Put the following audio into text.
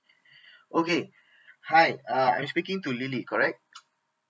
okay hi uh I'm speaking to lily correct